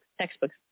textbooks